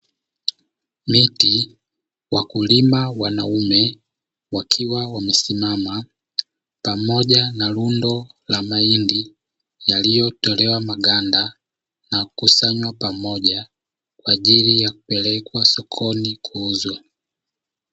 Wakulima wanaume wakiwa wamesimama, pamoja na rundo la mahindi yaliyotolewa maganda na kukusanywa pamoja, kwa ajili ya kupelekwa sokoni kuuzwa.